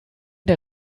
der